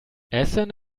essen